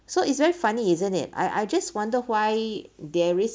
so it's very funny isn't it I I just wonder why there is